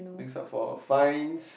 bring of all find